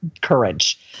courage